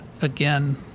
again